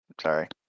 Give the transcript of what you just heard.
Sorry